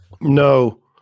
No